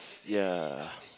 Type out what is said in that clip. ya